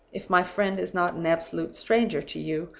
if my friend is not an absolute stranger to you,